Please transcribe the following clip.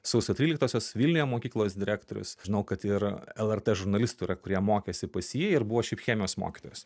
sausio tryliktosios vilniuje mokyklos direktorius žinau kad ir lrt žurnalistų yra kurie mokėsi pas jį ir buvo šiaip chemijos mokytojos